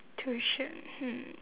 tuition hmm